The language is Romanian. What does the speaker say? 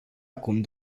acum